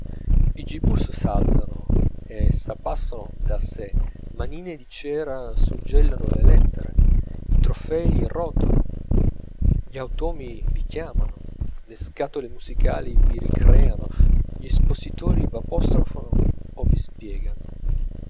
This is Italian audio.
i gibus s'alzano e s'abbassano da sè manine di cera suggellano le lettere i trofei rotano gli automi vi chiamano le scatole musicali vi ricreano gli espositori v'apostrofano o vi spiegano